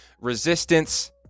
resistance